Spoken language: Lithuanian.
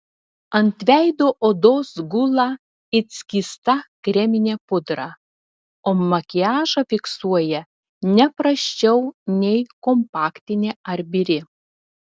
ant veido odos gula it skysta kreminė pudra o makiažą fiksuoja ne prasčiau nei kompaktinė ar biri